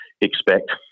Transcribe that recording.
expect